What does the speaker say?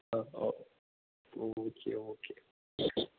ആ ഓ ഓ ഓക്കെ ഓക്കെ